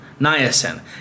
niacin